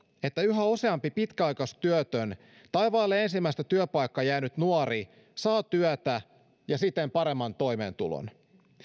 että yhä useampi pitkäaikaistyötön tai vaille ensimmäistä työpaikkaa jäänyt nuori saa työtä ja siten paremman toimeentulon